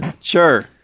Sure